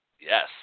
Yes